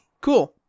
cool